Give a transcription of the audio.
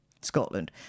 Scotland